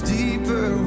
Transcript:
deeper